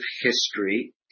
history